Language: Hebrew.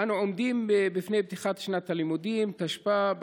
אנו עומדים בפני פתיחת שנת הלימודים תשפ"א.